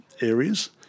areas